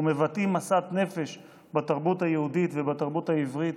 ומבטאים משאת נפש בתרבות היהודית ובתרבות העברית,